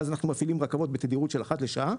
ואז אנחנו מפעילים רכבות בתדירות של אחת של שעה,